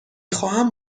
خواهم